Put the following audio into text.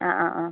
അ അ അ